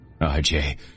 RJ